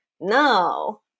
no